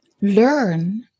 Learn